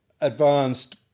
advanced